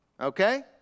Okay